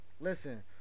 Listen